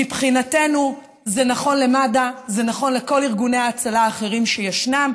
מבחינתנו זה נכון למד"א וזה נכון לכל ארגוני ההצלה האחרים שישנם,